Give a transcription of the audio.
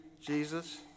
Jesus